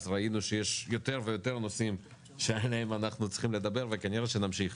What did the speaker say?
ראינו שיש יותר ויותר נושאים שעליהם אנחנו צריכים לדבר וכנראה שנמשיך.